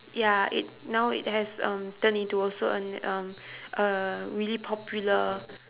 ya it now it has um turn into also an um a really popular